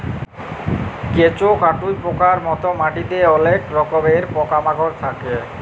কেঁচ, কাটুই পকার মত মাটিতে অলেক রকমের পকা মাকড় থাক্যে